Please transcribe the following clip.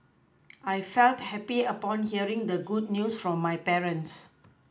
I felt happy upon hearing the good news from my parents